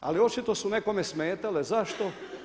Ali očito su nekome smetale, zašto?